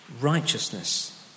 righteousness